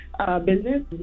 business